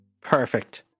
Perfect